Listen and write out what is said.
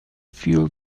fuel